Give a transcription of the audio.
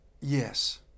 Yes